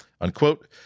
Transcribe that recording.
unquote